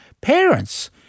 parents